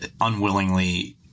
unwillingly